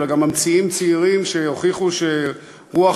אלא הם גם ממציאים צעירים שהוכיחו שרוח